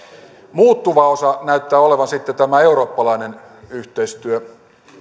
muuttuva osa näyttää olevan sitten tämä eurooppalainen yhteistyö